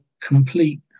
complete